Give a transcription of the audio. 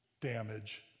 damage